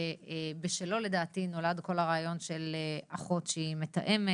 שבשלו לדעתי נולד כל הרעיון של אחות שהיא מתאמת